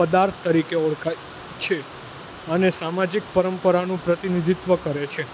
પદાર્થ તરીકે ઓળખાય છે અને સામાજિક પરંપરાનું પ્રતિનિધિત્વ કરે છે